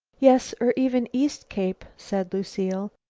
yes, or even east cape, said lucile.